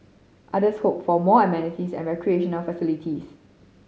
others hoped for more amenities and recreational facilities